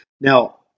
Now